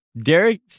Derek